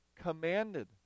commanded